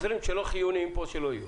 העוזרים שלא חיוניים פה שלא יהיו.